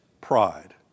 pride